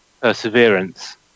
perseverance